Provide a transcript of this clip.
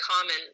common